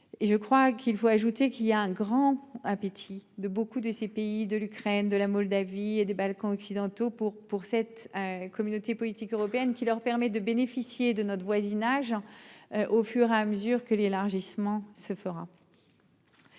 je crois qu'il faut ajouter qu'il y a un grand appétit de beaucoup de ces pays de l'Ukraine de la Moldavie et des Balkans occidentaux pour pour cette communauté politique européenne qui leur permet de bénéficier de notre voisinage. Au fur et à mesure que l'élargissement se fera.--